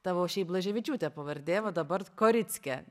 tavo šiaip blaževičiūtė pavardė va dabar korickė